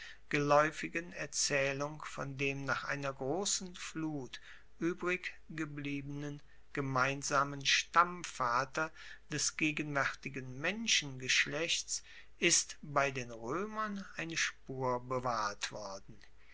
gelaeufigen erzaehlung von dem nach einer grossen flut uebriggebliebenen gemeinsamen stammvater des gegenwaertigen menschengeschlechts ist bei den roemern eine spur bewahrt worden